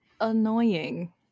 annoying